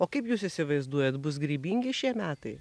o kaip jūs įsivaizduojat bus grybingi šie metai